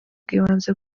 bw’ibanze